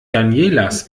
danielas